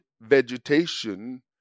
vegetation